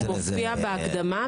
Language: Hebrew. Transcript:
אם התמרוק מכיל רכיב ננו -.